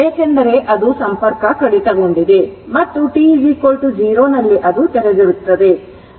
ಏಕೆಂದರೆ ಅದು ಸಂಪರ್ಕ ಕಡಿತಗೊಂಡಿದೆ ಮತ್ತು t 0 ನಲ್ಲಿ ಅದು ತೆರೆದಿರುತ್ತದೆ